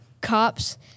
cops